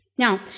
Now